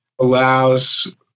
allows